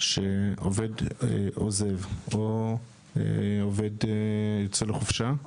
שעובד עוזב או יוצא לחופשה,